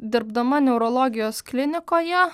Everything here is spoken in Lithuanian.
dirbdama neurologijos klinikoje